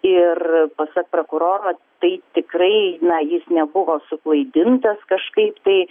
ir pasak prakuroro tai tikrai na jis nebuvo suklaidintas kažkaip tai